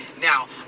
Now